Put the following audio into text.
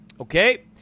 Okay